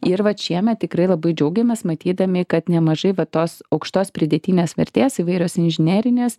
ir vat šiemet tikrai labai džiaugiamės matydami kad nemažai va tos aukštos pridėtinės vertės įvairios inžinerinės